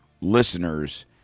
listeners